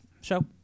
show